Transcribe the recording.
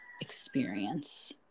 experience